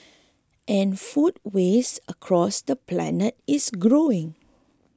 and food waste across the planet is growing